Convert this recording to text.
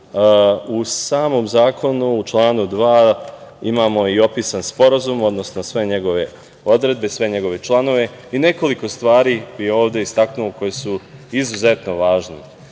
u samom zakonu u članu 2. imamo i opisan sporazum, odnosno sve njegove odredbe, sve njegove članove i nekoliko stvari koje su ovde istaknute, a koje su izuzetno važne.